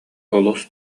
олус